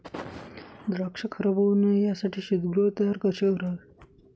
द्राक्ष खराब होऊ नये यासाठी शीतगृह तयार कसे करावे?